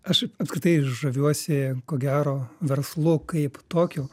aš apskritai žaviuosi ko gero verslu kaip tokiu